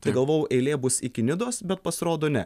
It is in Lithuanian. tai galvojau eilė bus iki nidos bet pasirodo ne